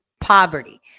poverty